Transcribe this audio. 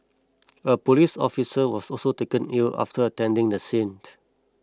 a police officer was also taken ill after attending the scene